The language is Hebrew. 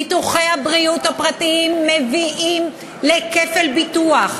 ביטוחי הבריאות הפרטיים מביאים לכפל ביטוח,